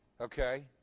Okay